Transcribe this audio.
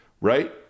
right